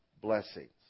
blessings